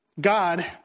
God